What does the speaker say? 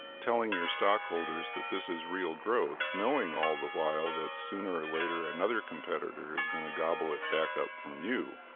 telling your stockholders that this is real growth, knowing all the while that sooner or later another competitor is going to gobble it back up from you.